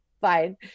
fine